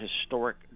historic